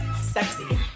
Sexy